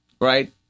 right